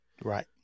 right